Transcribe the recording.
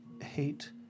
hate